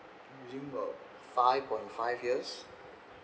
using about five point five years